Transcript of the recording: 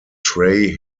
trey